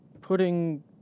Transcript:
putting